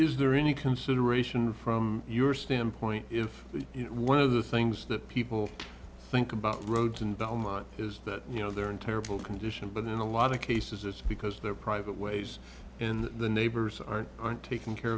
is there any consideration from your standpoint if one of the things that people think about roads and belmont is that you know they're in terrible condition but in a lot of cases it's because they're private ways and the neighbors are on taking care